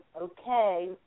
okay